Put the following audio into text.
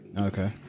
Okay